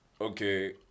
Okay